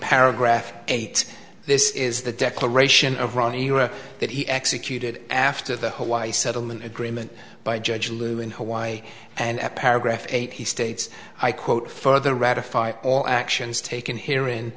paragraph eight this is the declaration of ronnie us that he executed after the hawaii settlement agreement by judge lew in hawaii and paragraph eight he states i quote further ratify all actions taken here in